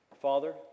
Father